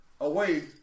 away